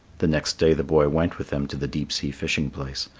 the next day the boy went with them to the deep-sea fishing place.